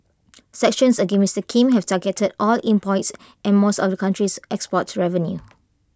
sanctions against Mister Kim have targeted oil imports and much of the country's export revenue